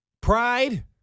pride